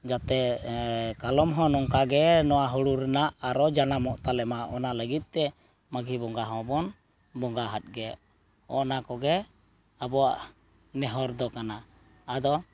ᱡᱟᱛᱮ ᱠᱟᱞᱚᱢ ᱦᱚᱸ ᱱᱚᱝᱠᱟᱜᱮ ᱱᱚᱣᱟ ᱦᱩᱲᱩ ᱨᱮᱱᱟᱜ ᱟᱨᱚ ᱡᱟᱱᱟᱢᱚᱜ ᱛᱟᱞᱮᱢᱟ ᱚᱱᱟ ᱞᱟᱜᱤᱫ ᱛᱮ ᱢᱟᱜᱷᱤ ᱵᱚᱸᱜᱟ ᱦᱚᱸᱵᱚᱱ ᱵᱚᱸᱜᱟ ᱦᱟᱫ ᱜᱮ ᱚᱱᱟ ᱠᱚᱜᱮ ᱟᱵᱚᱣᱟᱜ ᱱᱮᱦᱚᱨ ᱫᱚ ᱠᱟᱱᱟ ᱟᱫᱚ